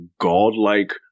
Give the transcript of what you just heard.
godlike